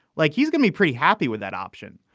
like he's gonna be pretty happy with that option.